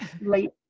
late